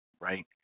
right